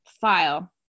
file